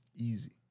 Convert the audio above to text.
Easy